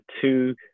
two